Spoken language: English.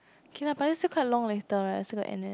okay lah but then still quite long later right still got N_S